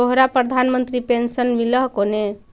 तोहरा प्रधानमंत्री पेन्शन मिल हको ने?